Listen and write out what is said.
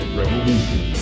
revolution